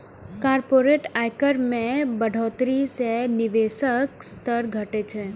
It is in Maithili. कॉरपोरेट आयकर मे बढ़ोतरी सं निवेशक स्तर घटै छै